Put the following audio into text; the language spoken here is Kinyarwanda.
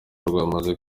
rwamaze